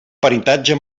peritatge